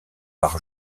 par